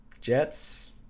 Jets